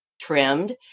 trimmed